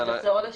לחזור על השאלה?